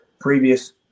previous